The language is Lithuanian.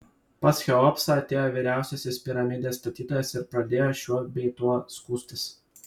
pas cheopsą atėjo vyriausiasis piramidės statytojas ir pradėjo šiuo bei tuo skųstis